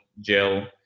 gel